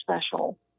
special